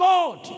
God